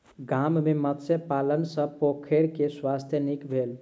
गाम में मत्स्य पालन सॅ पोखैर के स्वास्थ्य नीक भेल